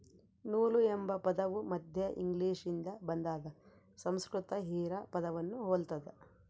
ನೂಲು ಎಂಬ ಪದವು ಮಧ್ಯ ಇಂಗ್ಲಿಷ್ನಿಂದ ಬಂದಾದ ಸಂಸ್ಕೃತ ಹಿರಾ ಪದವನ್ನು ಹೊಲ್ತದ